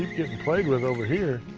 getting played with over here.